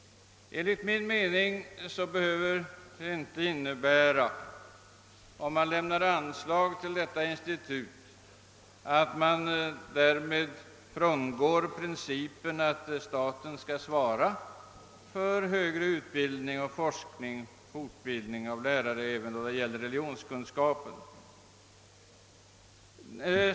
Enligt min mening behöver ett anslag till detta institut inte innebära att man frångår principen att staten skall svara för högre utbildning, forskning och fortbildning av lärare även när det gäller religionskunskap.